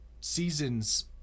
seasons